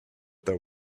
there